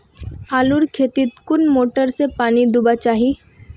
आलूर खेतीत कुन मोटर से पानी दुबा चही?